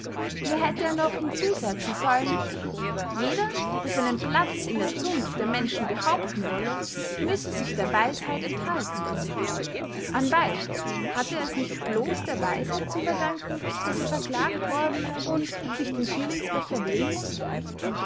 nur hätte er noch hinzusetzen sollen jeder der seinen platz in der zunft der menschen behaupten wolle müsse sich der weisheit enthalten anbey hatte er es nicht blos der weisheit zu verdanken daß er verklagt worden und sich den schirlingsbecher wählen mußte